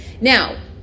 Now